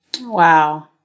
Wow